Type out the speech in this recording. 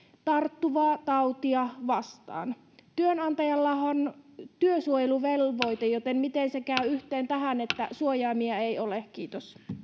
tarttuvaa tautia vastaan työnantajallahan on työsuojeluvelvoite joten miten se käy yhteen tähän että suojaimia ei ole kiitos